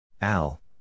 Al